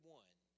one